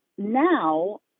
Now